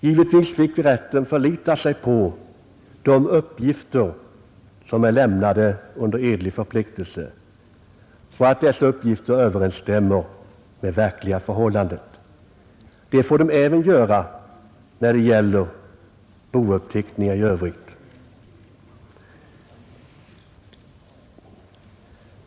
Givetvis fick rätten förlita sig på att de uppgifter, som är lämnade under edlig förpliktelse, överensstämmer med verkliga förhållandet. Det får rätten även göra när det gäller uppgifter i inlämnade bouppteckningar.